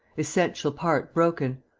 essential part broken.